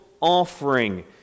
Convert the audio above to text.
offering